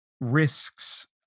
risks